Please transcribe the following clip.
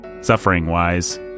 suffering-wise